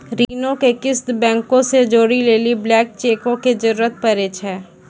ऋणो के किस्त बैंको से जोड़ै लेली ब्लैंक चेको के जरूरत पड़ै छै